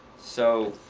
so